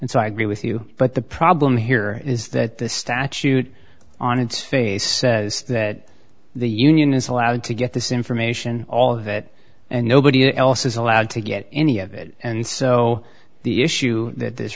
and so i agree with you but the problem here is that the statute on its face says that the union is allowed to get this information all of it and nobody else is allowed to get any of it and so the issue that this